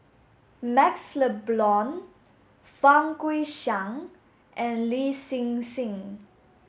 MaxLe Blond Fang Guixiang and Lin Hsin Hsin